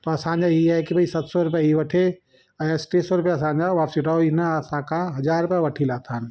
त असांजा हीअ आहे कि सत सौ रुपया हीअ वठे ऐं टे सौ रुपया असांजा वापसी वठूं हिन असांखा हज़ार रुपया वठी लाथा आहिनि